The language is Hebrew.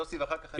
יוסי ואחר כך אני.